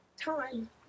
time